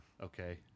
okay